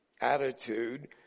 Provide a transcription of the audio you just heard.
attitude